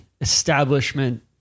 establishment